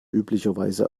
üblicherweise